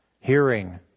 Hearing